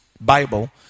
Bible